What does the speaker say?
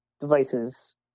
devices